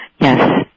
Yes